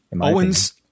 Owens